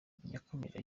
yakomeje